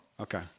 Okay